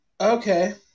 Okay